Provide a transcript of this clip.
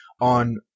on